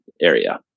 area